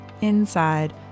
inside